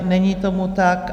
Není tomu tak.